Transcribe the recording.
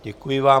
Děkuji vám.